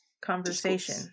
conversation